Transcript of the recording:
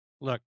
look